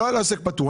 לא על עוסק פטור.